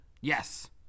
Yes